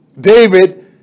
David